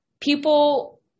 people